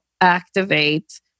activate